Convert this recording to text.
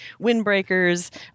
windbreakers